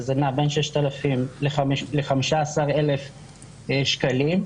שזה נע בין 6,000 ל-15,000 שקלים,